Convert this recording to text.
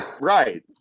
right